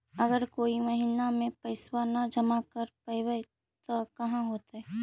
अगर कोई महिना मे पैसबा न जमा कर पईबै त का होतै?